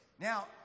Now